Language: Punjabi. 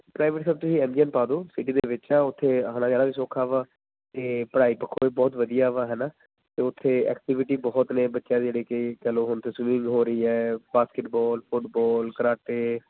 ਪ੍ਰਾਇਵੇਟ ਸਰ ਤੁਸੀਂ ਐਮ ਜੀ ਐਮ ਪਾ ਦਿਓ ਸਿਟੀ ਦੇ ਵਿੱਚ ਹੈ ਉੱਥੇ ਆਉਣਾ ਜਾਣਾ ਵੀ ਸੌਖਾ ਵਾ ਅਤੇ ਪੜ੍ਹਾਈ ਪੱਖੋਂ ਵੀ ਬਹੁਤ ਵਧੀਆ ਵਾ ਹੈ ਨਾ ਅਤੇ ਉੱਥੇ ਐਕਟੀਵਿਟੀ ਬਹੁਤ ਨੇ ਬੱਚਿਆਂ ਦੀ ਜਿਹੜੀ ਕਿ ਕਹਿ ਲਓ ਹੁਣ ਤਾਂ ਸਵੀਮਿੰਗ ਹੋ ਰਹੀ ਹੈ ਬਾਸਕਿਟ ਬੋਲ ਫੁੱਟਬੋਲ ਕਰਾਟੇ